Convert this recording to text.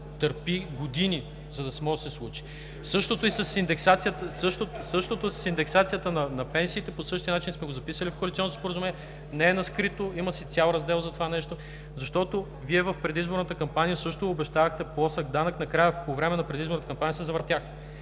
търпи години, за да може да се случи. Същото е и с индексацията на пенсиите – по същия начин сме го записали в коалиционното споразумение. Не е на скрито, има си цял раздел за това нещо. Вие в предизборната кампания също обещавахте плосък данък. Накрая по време на предизборната кампания се завъртяхте.